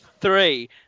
three